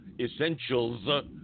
Essentials